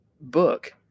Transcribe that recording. book